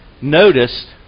noticed